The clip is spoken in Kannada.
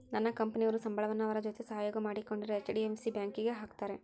ನನ್ನ ಕಂಪನಿಯವರು ಸಂಬಳವನ್ನ ಅವರ ಜೊತೆ ಸಹಯೋಗ ಮಾಡಿಕೊಂಡಿರೊ ಹೆಚ್.ಡಿ.ಎಫ್.ಸಿ ಬ್ಯಾಂಕಿಗೆ ಹಾಕ್ತಾರೆ